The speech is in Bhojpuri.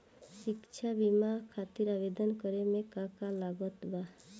शिक्षा बीमा खातिर आवेदन करे म का का लागत बा?